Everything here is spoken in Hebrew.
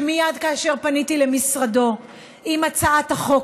שמייד כאשר פניתי למשרדו עם הצעת החוק